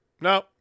no